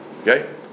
okay